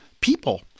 people